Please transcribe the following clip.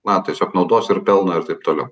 na tiesiog naudos ir pelno ir taip toliau